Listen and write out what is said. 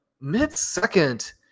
mid-second